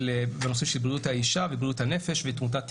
בתחום בריאות האישה, בריאות הנפש ותמותת תינוקות.